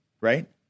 Right